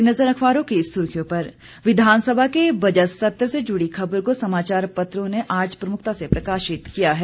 एक नज़र अखबारों की सुर्खियों पर विधानसभा के बजट सत्र से जुड़ी खबर को समाचार पत्रों ने आज प्रमुखता से प्रकाशित किया है